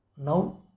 Now